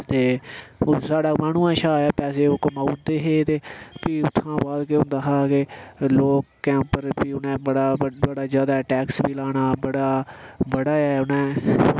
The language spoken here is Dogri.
ते साढ़ा माह्नुऐ शा पैसे ओह् कमाई ओड़दे हे ते भी उत्थुआं बाद केह् होंदा हा कि लोकें उप्पर भी उ'नें बड़ा जैदा टैक्स बी लाना बड़ा बड़ा गै उ'नें